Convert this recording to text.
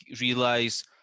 realize